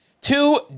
Two